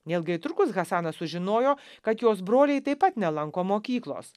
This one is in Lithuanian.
neilgai trukus hasanas sužinojo kad jos broliai taip pat nelanko mokyklos